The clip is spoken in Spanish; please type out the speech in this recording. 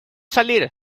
salir